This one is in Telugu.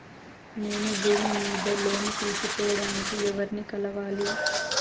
నేను భూమి మీద లోను తీసుకోడానికి ఎవర్ని కలవాలి?